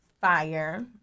fire